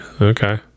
okay